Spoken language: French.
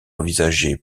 envisagées